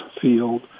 field